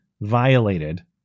violated